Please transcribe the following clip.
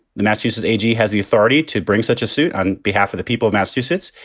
the massachusetts a g. has the authority to bring such a suit on behalf of the people of massachusetts.